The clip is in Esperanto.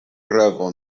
revo